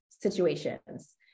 situations